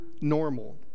normal